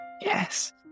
Yes